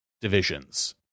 divisions